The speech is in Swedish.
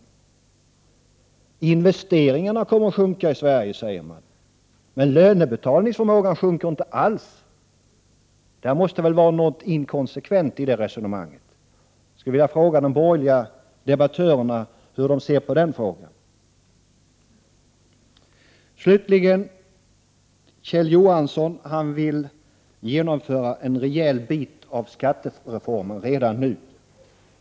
Man säger att investeringarna kommer att minska i Sverige, men lönebetalningsförmågan minskar inte alls. Det måste finnas något inkonsekvent i det resonemanget. Jag vill fråga de borgerliga debattörerna hur de ser på detta. 131 Kjell Johansson vill redan nu genomföra en stor del av skattereformen.